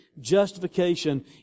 justification